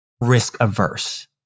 risk-averse